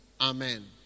Amen